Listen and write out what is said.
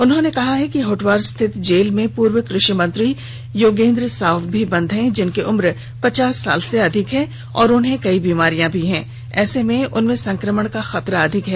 उन्होंने कहा है कि होटवार स्थित जेल में पूर्व कृषि मंत्री श्री योगेन्द्र साव भी बन्द हैं जिनकी उम्र पच्चास साल के अधिक है उन्हें कई बीमारियां भी हैं और ऐसे में उनमें संक्रमण का खतरा अधिक है